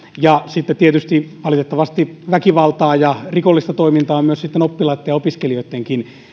ja sitten tietysti valitettavasti väkivaltaa ja rikollista toimintaa on myös oppilaitten ja opiskelijoitten